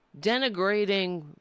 Denigrating